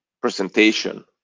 presentation